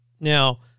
Now